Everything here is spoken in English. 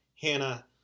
Hannah